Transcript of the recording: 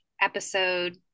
episode